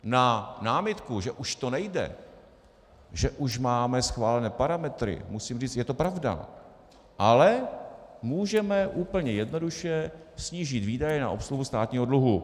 Na námitku, že už to nejde, že už máme schválené parametry, musím říct, že je to pravda, ale můžeme úplně jednoduše snížit výdaje na obsluhu státního dluhu.